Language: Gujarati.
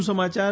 વધુ સમાચાર